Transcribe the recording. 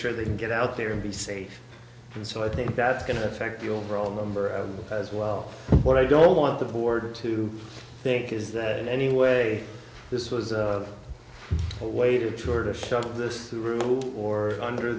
sure they can get out there and be safe and so i think that's going to affect fuel for all number as well but i don't want the board to think is that in any way this was a way to tour to shove this through or under